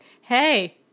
hey